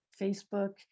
Facebook